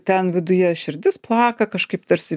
ten viduje širdis plaka kažkaip tarsi